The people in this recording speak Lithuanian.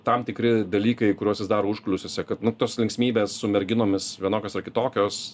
tam tikri dalykai kuriuos jis daro užkulisiuose kad nu tos linksmybės su merginomis vienokios ar kitokios